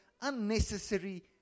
unnecessary